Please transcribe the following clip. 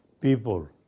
people